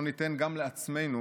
לא ניתן גם לעצמנו,